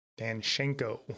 Danchenko